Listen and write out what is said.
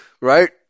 right